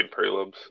prelims